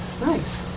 nice